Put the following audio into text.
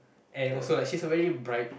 and also like she's a very bright